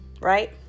Right